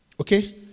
Okay